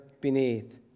beneath